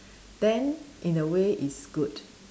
then in a way it's good